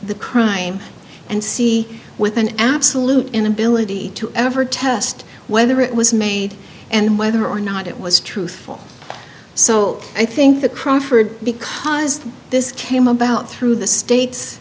the crime and see with an absolute inability to ever test whether it was made and whether or not it was truthful so i think the crawford because this came about through the state